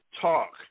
talk